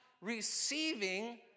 receiving